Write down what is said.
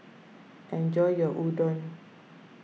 enjoy your Udon